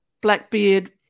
Blackbeard